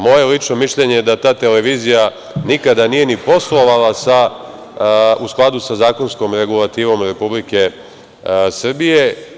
Moje lično mišljenje da ta televizija nikada nije ni poslovala u skladu sa zakonskom regulativom Republike Srbije.